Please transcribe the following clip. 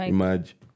Imagine